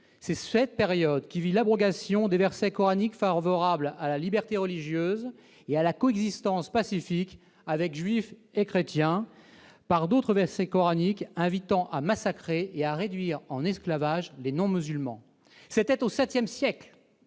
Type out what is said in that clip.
C'est cette période qui vit l'abrogation des versets coraniques favorables à la liberté religieuse et à la coexistence pacifique avec les juifs et les chrétiens, par d'autres versets coraniques invitant à massacrer et à réduire en esclavage les non-musulmans. C'était au VII siècle